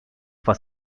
for